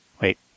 Wait